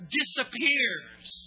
disappears